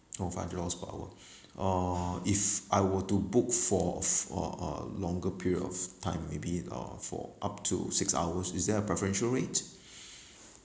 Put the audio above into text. oh five hundred dollars per hour uh if I were to book for f~ uh a longer period of time maybe uh for up to six hours is there a preferential rate